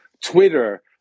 Twitter